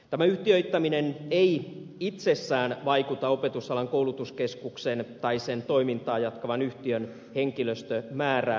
tämä yhtiöittäminen ei itsessään vaikuta opetusalan koulutuskeskuksen tai sen toimintaa jatkavan yhtiön henkilöstömäärään